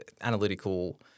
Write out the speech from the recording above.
analytical